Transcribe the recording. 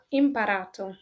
imparato